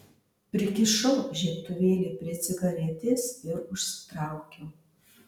prikišau žiebtuvėlį prie cigaretės ir užsitraukiau